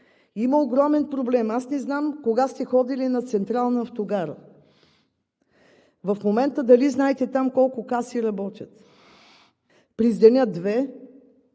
Има огромен проблем. Аз не знам кога сте ходили на Централна автогара. В момента дали знаете там колко каси работят? През деня – две,